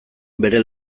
bere